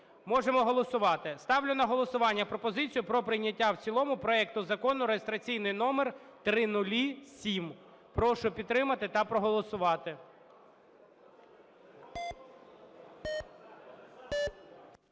Можемо голосувати. Ставлю на голосування пропозицію про прийняття в цілому проекту Закону реєстраційний номер 0007. Прошу підтримати та проголосувати.